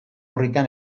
orritan